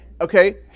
Okay